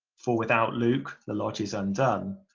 for without luke the lodge is undone.